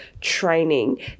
training